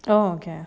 oh okay